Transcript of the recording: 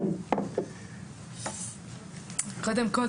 קודם כל,